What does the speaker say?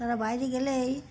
তারা বাইরে গেলেই